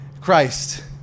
Christ